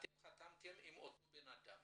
אתם חתמתם עם אותו אדם